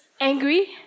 angry